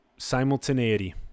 simultaneity